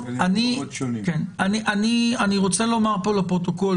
אני רוצה לומר פה לפרוטוקול